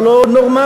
וזה לא נורמלי.